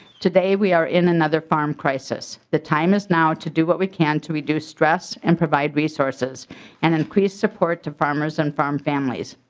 today we are in another farm crisis. the time is now to do what we can to reduce stress and provide resources and increase support to farmers and farm families.